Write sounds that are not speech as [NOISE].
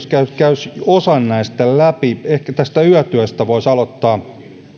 [UNINTELLIGIBLE] käyn osan läpi ehkä tästä yötyöstä voisi aloittaa